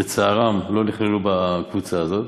שלצערן לא נכללו בקבוצה הזאת.